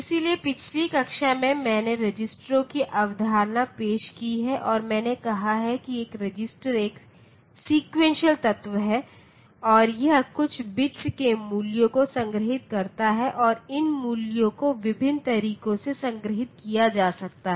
इसलिए पिछली कक्षा में मैंने रजिस्टरों की अवधारणा पेश की है और मैंने कहा कि एक रजिस्टर एक सेक्वेंसीअल तत्व है और यह कुछ बिट्स के मूल्यों को संग्रहीत करता है और इन मूल्यों को विभिन्न तरीकों से संग्रहीत किया जा सकता है